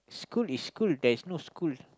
school is school there is no school